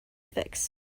fix